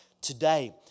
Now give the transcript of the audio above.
today